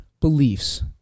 beliefs